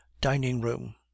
dining-room